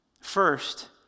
First